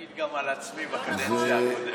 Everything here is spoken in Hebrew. אני יכול להעיד גם על עצמי בקדנציה הקודמת.